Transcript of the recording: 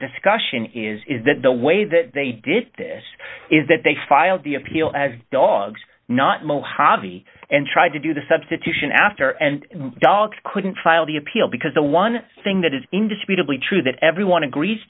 discussion is is that the way that they did this is that they filed the appeal as dogs not mojave and tried to do the substitution after and dogs couldn't file the appeal because the one thing that is indisputable true that everyone agrees